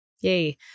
Yay